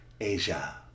Asia